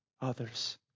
others